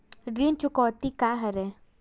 ऋण चुकौती का हरय?